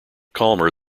calmer